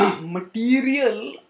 material